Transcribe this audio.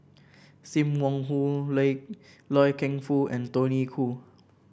Sim Wong Hoo Loy Loy Keng Foo and Tony Khoo